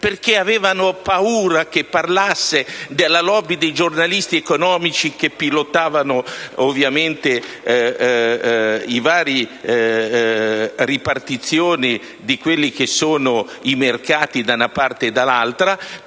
perché avevano paura che parlasse della *lobby* dei giornalisti economici, che pilotavano, ovviamente, le varie ripartizioni dei mercati, da una parte o dall'altra,